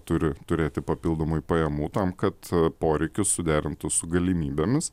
turi turėti papildomai pajamų tam kad poreikius suderintų su galimybėmis